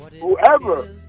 whoever